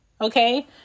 Okay